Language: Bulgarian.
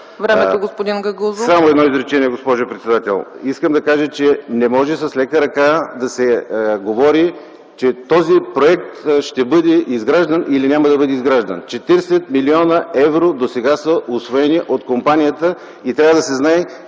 Времето, господин Гагаузов. АСЕН ГАГАУЗОВ: Само едно изречение, госпожо председател! Искам да кажа, че не може с лека ръка да се говори, че този проект ще бъде изграждан или няма да бъде изграждан. Четиридесет милиона евро досега са усвоени от компанията и трябва да се знае